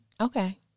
Okay